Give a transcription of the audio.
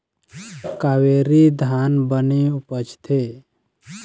कावेरी धान बने उपजथे?